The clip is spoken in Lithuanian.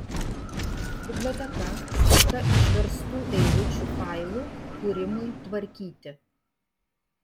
biblioteka skirta išverstų eilučių failų kūrimui tvarkyti